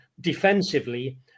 defensively